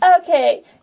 Okay